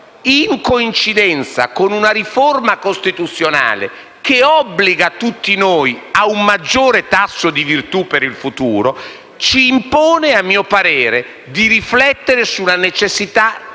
in coincidenza con una riforma costituzionale che obbliga tutti noi a un maggiore tasso di virtù per il futuro, ci impone, a mio parere, di riflettere sulla necessità di